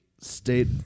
state